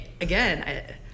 again